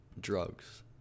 Drugs